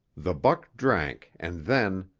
the buck drank and then,